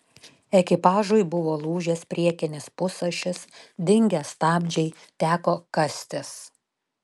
ekipažui buvo lūžęs priekinis pusašis dingę stabdžiai teko kastis